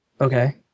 Okay